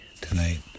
tonight